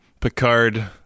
Picard